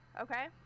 okay